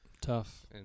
Tough